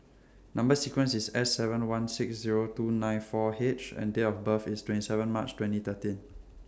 Number sequence IS S seven one six Zero two nine four H and Date of birth IS twenty seven March twenty thirteen